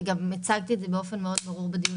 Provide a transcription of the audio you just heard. וגם הצגתי את זה באופן מאוד ברור בדיון